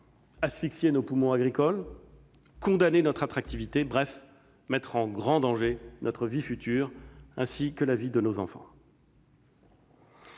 asphyxier nos poumons agricoles, à condamner notre attractivité, bref, à mettre en grand danger notre vie future, ainsi que la vie de nos enfants.